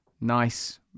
nice